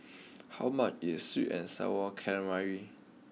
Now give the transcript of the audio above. how much is sweet and Sour Calamari